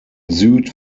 süd